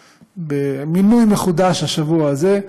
ובמינוי מחודש השבוע הזה,